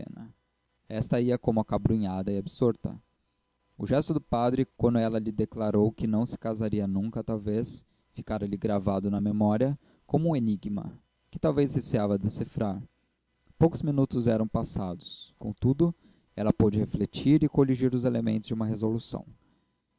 helena esta ia como acabrunhada e absorta o gesto do padre quando ela lhe declarou que não se casaria talvez nunca ficara-lhe gravado na memória como um enigma que talvez receava decifrar poucos minutos eram passados contudo ela pôde refletir e coligir os elementos de uma resolução